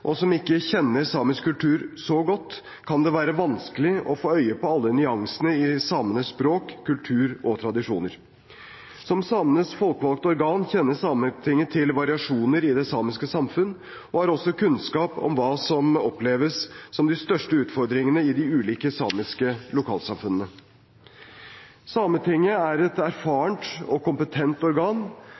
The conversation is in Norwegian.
og som ikke kjenner samisk kultur så godt, kan det være vanskelig å få øye på alle nyansene i samenes språk, kultur og tradisjoner. Som samenes folkevalgte organ, kjenner Sametinget til variasjoner i det samiske samfunn og har også kunnskap om hva som oppleves som de største utfordringene i de ulike samiske lokalsamfunnene. Sametinget er et erfarent og kompetent organ,